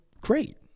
great